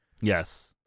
Yes